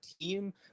team